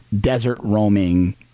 desert-roaming